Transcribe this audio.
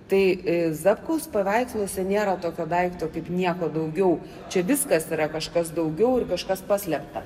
tai zapkaus paveiksluose nėra tokio daikto kaip nieko daugiau čia viskas yra kažkas daugiau ir kažkas paslėpta